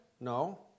No